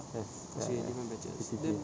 yes